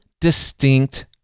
distinct